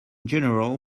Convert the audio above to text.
general